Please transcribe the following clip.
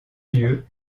lieu